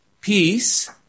peace